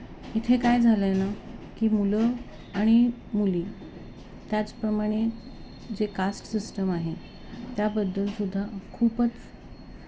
इथे काय झालं आहे ना की मुलं आणि मुली त्याचप्रमाणे जे कास्ट सिस्टम आहे त्याबद्दलसुद्धा खूपच